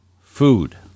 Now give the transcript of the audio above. food